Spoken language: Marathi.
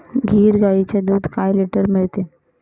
गीर गाईचे दूध काय लिटर मिळते?